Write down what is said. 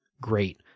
great